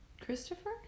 Christopher